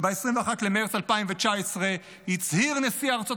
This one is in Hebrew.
וב-21 במרץ 2019 הצהיר נשיא ארצות